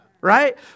right